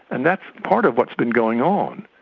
and that's part of what's been going on.